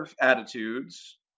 attitudes